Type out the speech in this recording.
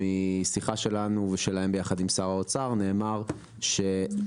בשיחה שלנו ושלהם יחד עם שר האוצר נאמר שנדון